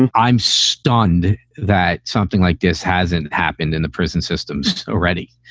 and i'm stunned that something like this hasn't happened in the prison systems already,